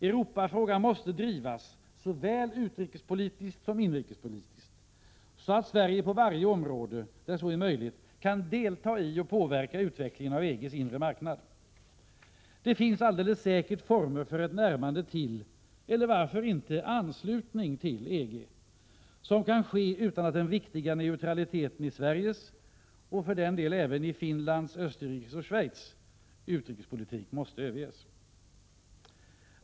Europafrågan måste drivas — såväl utrikespolitiskt som inrikespolitiskt — så att Sverige på varje område där så är möjligt kan delta i och påverka utvecklingen av EG:s inre marknad. Det finns alldeles säkert former för ett närmande till eller varför inte anslutning till EG, som kan ske utan att den viktiga neutraliteten i Sveriges — och för den delen även Finlands, Österrikes och Schweiz — utrikespolitik måste överges.